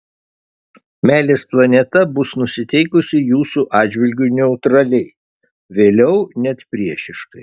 meilės planeta bus nusiteikusi jūsų atžvilgiu neutraliai vėliau net priešiškai